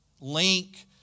link